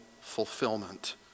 fulfillment